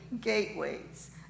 gateways